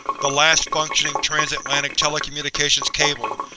the last functioning transatlantic telecommunications cable,